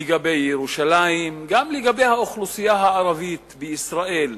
לגבי ירושלים, גם לגבי האוכלוסייה הערבית בישראל,